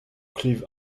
clive